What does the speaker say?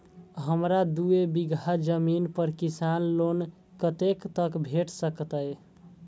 हमरा दूय बीगहा जमीन पर किसान लोन कतेक तक भेट सकतै?